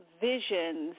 visions